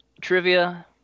Trivia